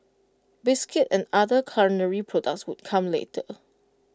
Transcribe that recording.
biscuits and other culinary products would come later